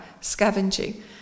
scavenging